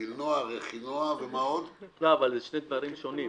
אבל זה דברים שונים.